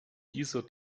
dieser